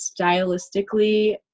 stylistically